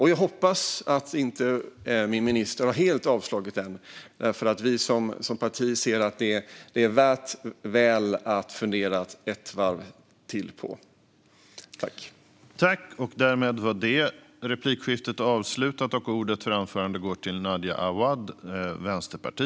Jag hoppas att min minister inte helt har avfärdat det, för vi som parti ser att det är väl värt att fundera ett varv till på detta.